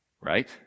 Right